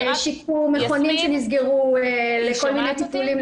אני רק --- יש מכונים שנסגרו לכל מיני טיפולים,